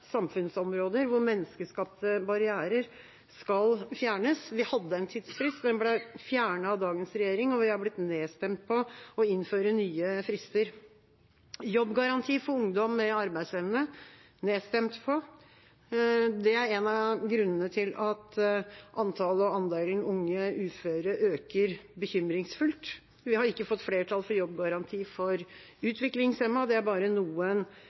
samfunnsområder, hvor menneskeskapte barrierer skal fjernes. Vi hadde en tidsfrist, og den ble fjernet av dagens regjering, og vi har blitt nedstemt på å innføre nye frister. Jobbgaranti for ungdom med arbeidsevne ble vi nedstemt på, det er en av grunnene til at antallet og andelen unge uføre øker bekymringsfullt. Vi har ikke fått flertall for jobbgaranti for utviklingshemmede. Det er bare noen